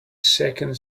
second